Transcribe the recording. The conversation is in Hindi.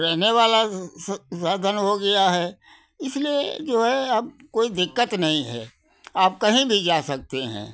रहने वाला साधन हो गया है इसलिए जो है अब कोई दिक्कत नहीं है आप कहीं भी जा सकते हैं